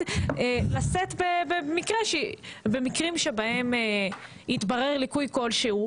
לשאת במקרים שבהם יתברר ליקוי כלשהו.